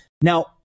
Now